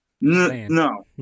No